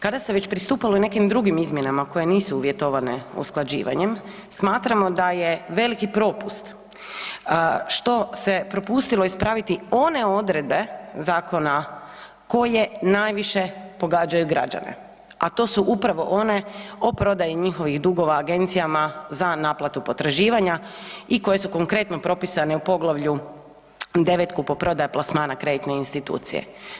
Kada se već pristupalo i nekim drugim izmjenama koje nisu uvjetovane usklađivanjem, smatramo da je veliki propust što se propustilo ispraviti one odredbe zakona koje najviše pogađaju građane, a to su upravo one o prodaji njihovih dugova agencijama za naplatu potraživanja i koje su konkretno propisane u Poglavlju 9. - kupoprodaja plasmana kreditne institucije.